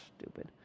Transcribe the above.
stupid